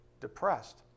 depressed